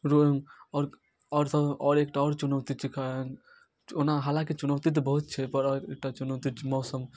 road आओर आओर सब आओर एकटा आओर चुनौतीके कारण ओना हालाँकि चुनौती तऽ बहुत छैपर एकटा चुनौती छै मौसम